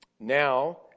Now